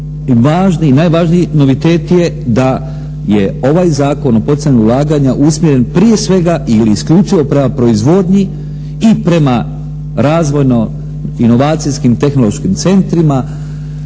najvažniji novitete je da je ovaj Zakon o poticanju ulaganja usmjeren prije svega ili isključivo prema proizvodnji i prema razvojno-inovacijsko tehnološkim centrima,